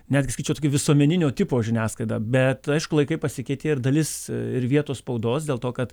netgi skaičiau tokia visuomeninio tipo žiniasklaida bet aišku laikai pasikeitė ir dalis ir vietos spaudos dėl to kad